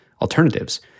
alternatives